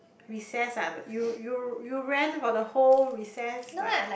recess ah you you you ran for the whole recess like